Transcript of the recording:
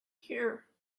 here